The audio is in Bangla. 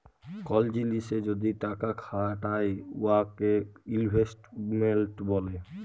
কল জিলিসে যদি টাকা খাটায় উয়াকে ইলভেস্টমেল্ট ব্যলে